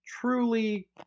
truly